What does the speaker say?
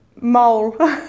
mole